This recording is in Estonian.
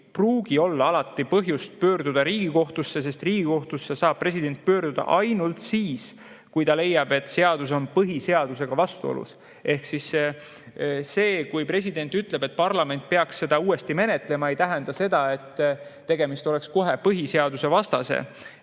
pruugi olla alati põhjust pöörduda Riigikohtusse, sest Riigikohtusse saab president pöörduda ainult siis, kui ta leiab, et seadus on põhiseadusega vastuolus. Ehk see, kui president ütleb, et parlament peaks seda seadust uuesti menetlema, ei tähenda seda, et tegemist oleks kohe põhiseadusvastase